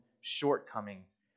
shortcomings